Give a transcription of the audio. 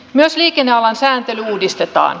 myös liikennealan sääntely uudistetaan